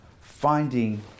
Finding